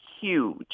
huge